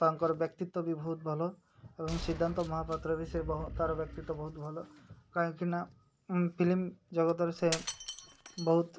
ତାଙ୍କର ବ୍ୟକ୍ତିତ୍ୱ ବି ବହୁତ ଭଲ ଏବଂ ସିଦ୍ଧାନ୍ତ ମହାପାତ୍ର ବି ସେ ତା'ର ବ୍ୟକ୍ତିତ୍ୱ ବହୁତ ଭଲ କାହିଁକି ନା ଫିଲିମ୍ ଜଗତରେ ସେ ବହୁତ